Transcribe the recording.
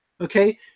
okay